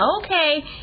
Okay